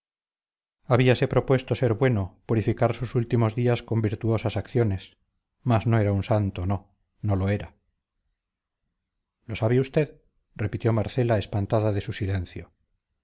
santidad habíase propuesto ser bueno purificar sus últimos días con virtuosas acciones mas no era santo no no lo era lo sabe usted repitió marcela espantada de su silencio